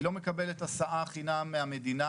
היא לא מקבלת הסעה חינם מהמדינה,